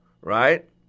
right